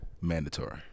Mandatory